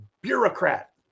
bureaucrat